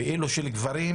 ואילו של גברים,